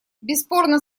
бесспорно